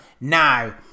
now